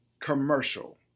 commercial